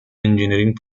engineering